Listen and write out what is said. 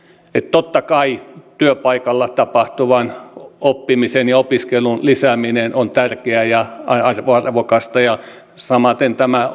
totta kai työpaikalla tapahtuvan oppimisen ja opiskelun lisääminen on tärkeää ja arvokasta ja samaten tämä